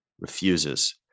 refuses